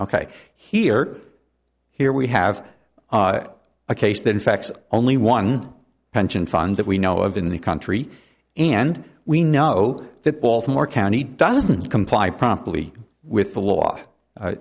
ok here here we have a case than facts only one pension fund that we know of in the country and we know that baltimore county doesn't comply promptly with the law